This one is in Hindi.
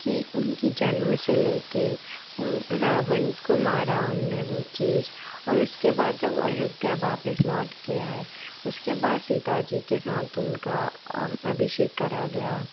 कि उनकी जन्म से लेके उन रावण को मारा उनने वो चीज और उसके बाद जब वो अयोध्या वापस लौट के आए उसके बाद सीता जी के साथ उनका अभिषेक करा गया